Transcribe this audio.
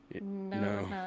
No